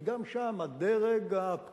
כי גם שם הדרג הפקידותי,